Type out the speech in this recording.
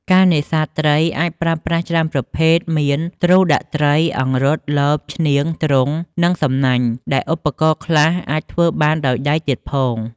ការនេសាទត្រីអាចប្រើប្រាស់ច្រើនប្រភេទមាន ទ្រូដាក់ត្រី អង្រុត លប ឈ្នាង ទ្រុង និងសំណាញ់ដែលឧបករណ៍ខ្លះអាចធ្វើបានដោយដៃទៀតផង។